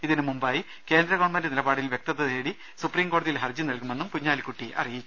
ഇതിനു മുമ്പായി കേന്ദ്ര ഗവൺമെന്റ് നിലപാടിൽ വൃക്തത തേടി സുപ്രീം കോടതിയിൽ ഹർജി നൽകുമെന്നും കുഞ്ഞാലിക്കുട്ടി അറിയിച്ചു